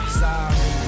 sorry